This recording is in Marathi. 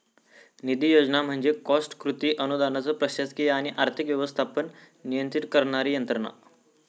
निधी योजना म्हणजे कॉस्ट कृती अनुदानाचो प्रशासकीय आणि आर्थिक व्यवस्थापन नियंत्रित करणारी यंत्रणा